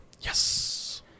Yes